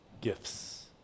gifts